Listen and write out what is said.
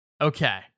Okay